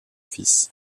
fils